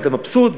ואתה מבסוט,